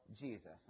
Jesus